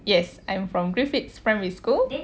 yes I'm from griffiths primary school